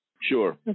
Sure